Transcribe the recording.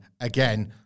again